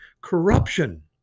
corruption